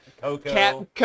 Coco